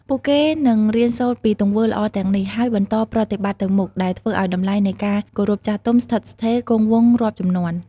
ពួកគេនឹងរៀនសូត្រពីទង្វើល្អទាំងនេះ ហើយបន្តប្រតិបត្តិទៅមុខ ដែលធ្វើឲ្យតម្លៃនៃការគោរពចាស់ទុំស្ថិតស្ថេរគង់វង្សរាប់ជំនាន់។